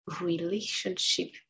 relationship